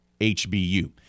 HBU